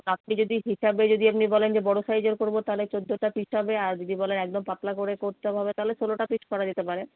আপনি যদি হিসাবে যদি আপনি বলেন যে বড় সাইজের করব তাহলে চৌদ্দোটা পিস হবে আর যদি বলেন একদম পাতলা করে করতে হবে তাহলে ষোলোটা পিস করা যেতে পারে